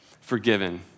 forgiven